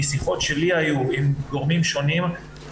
משיחות שלי היו עם גורמים שונים,